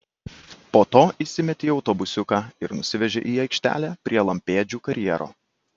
po to įsimetė į autobusiuką ir nusivežė į aikštelę prie lampėdžių karjero